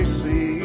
see